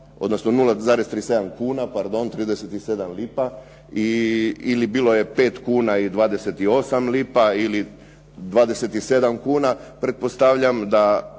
odnosno 0,37 kuna, pardon, 37 lipa ili bilo je 5 kuna i 28 lipa ili 27 kuna. Pretpostavljam da